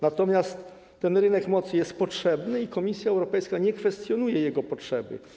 Natomiast ten rynek mocy jest potrzebny i Komisja Europejska nie kwestionuje tej potrzeby.